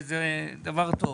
זה דבר טוב.